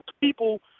people